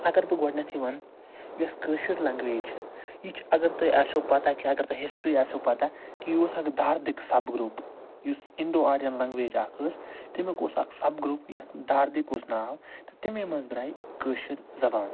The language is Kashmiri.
اگر بہٕ گۄڈٕنٮ۪تھٕے وَنہٕ یۄس کٲشِر لَنٛگویج چھِ یہِ چھِ اَگر تۄہہِ آسیو پتا کہ اگر تۄہہِ ہشٹری آسیو پتا کہ یہِ اوس اَکھ داردِک سَب گروٚپ یُس اِنٛڈَو آریٚن لَنٛگویج اَکھ ٲسۍ تٔمیُک اوس اَکھ سَب گروٚپ یَتھ داردِک اوس ناو تہٕ تٔمی منٛز درایہِ کٲشِر زبان